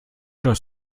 das